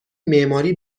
معماری